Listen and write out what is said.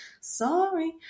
Sorry